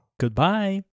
Goodbye